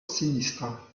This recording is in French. sinistre